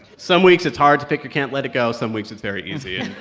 some weeks, it's hard to pick your can't let it go. some weeks it's very easy.